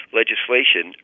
legislation